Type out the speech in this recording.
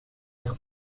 être